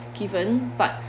given but